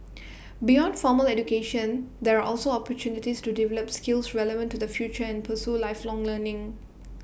beyond formal education there are also opportunities to develop skills relevant to the future and pursue lifelong learning